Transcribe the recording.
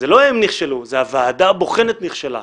זה לא הם נכשלו, זה הוועדה הבוחנת נכשלה.